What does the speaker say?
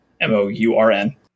m-o-u-r-n